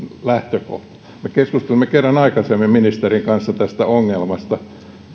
lähtökohta me keskustelimme kerran aikaisemmin ministerin kanssa tästä ongelmasta